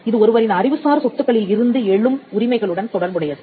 இது ஒருவரின் அறிவுசார் சொத்துக்களில் இருந்து எழும் உரிமைகளுடன் தொடர்புடையது